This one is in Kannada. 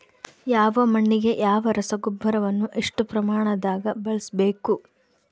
ಯಾವ ಮಣ್ಣಿಗೆ ಯಾವ ರಸಗೊಬ್ಬರವನ್ನು ಎಷ್ಟು ಪ್ರಮಾಣದಾಗ ಬಳಸ್ಬೇಕು?